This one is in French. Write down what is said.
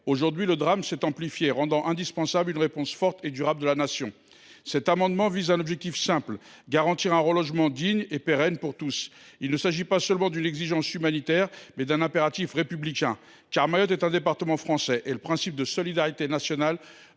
Aujourd’hui, le drame s’est amplifié, rendant indispensable une réponse forte et durable de la Nation. L’objet de cet amendement est simple : garantir un relogement digne et pérenne pour tous. Il s’agit non seulement d’une exigence humanitaire, mais aussi d’un impératif républicain, car Mayotte est un département français et le principe de solidarité nationale